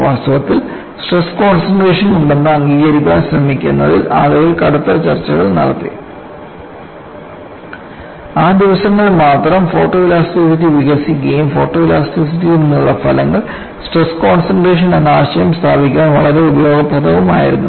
വാസ്തവത്തിൽ stress concentration ഉണ്ടെന്ന് അംഗീകരിക്കാൻ ശ്രമിക്കുന്നതിൽ ആളുകൾ കടുത്ത ചർച്ചകൾ നടത്തി ആ ദിവസങ്ങളിൽ മാത്രം ഫോട്ടോഇലാസ്റ്റിസിറ്റി വികസിക്കുകയും ഫോട്ടോലാസ്റ്റിറ്റിയിൽ നിന്നുള്ള ഫലങ്ങൾ സ്ട്രെസ് കോൺസെൻട്രേഷൻ എന്ന ആശയം സ്ഥാപിക്കാൻ വളരെ ഉപയോഗപ്രദമായിരുന്നു